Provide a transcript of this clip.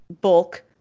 bulk